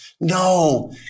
No